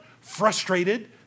frustrated